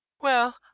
Well